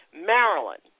Maryland